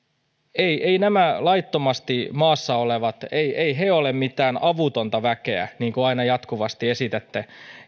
eivät nämä laittomasti maassa olevat ole mitään avutonta väkeä niin kuin aina jatkuvasti esitätte